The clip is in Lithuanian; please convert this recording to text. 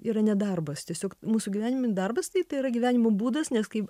yra nedarbas tiesiog mūsų gyvenime darbas tai tai yra gyvenimo būdas nes kai